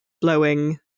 blowing